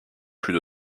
plus